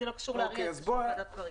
זה לא קשור לאריאל, זה קשור לוועדת חריגים.